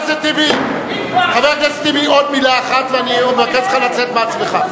טיבי, עוד מלה אחת, ואני אבקש ממך לצאת בעצמך.